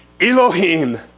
Elohim